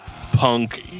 punk